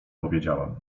powiedziałam